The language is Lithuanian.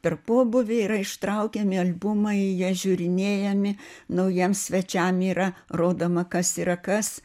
per pobūvį yra ištraukiami albumai jie žiūrinėjami naujiem svečiam yra rodoma kas yra kas